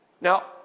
Now